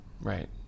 Right